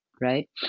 right